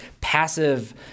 passive